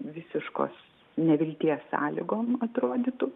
visiškos nevilties sąlygom atrodytų